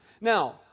Now